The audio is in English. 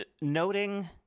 noting